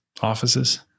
offices